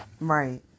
Right